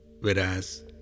whereas